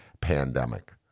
pandemic